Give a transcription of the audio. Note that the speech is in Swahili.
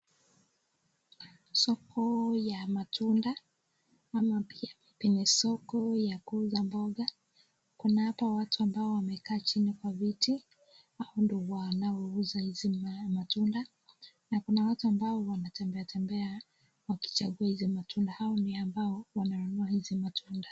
Soko ya matunda ama pia penye soko ya kuuza mboga. Kuna hapa watu ambao wamekaa chini kwa viti hao ndio wanaouza hizi matunda. Na kuna watu ambao wanatembea tembea wakichagua hizi matunda. Hao ndio ambao wananunua hizi matunda.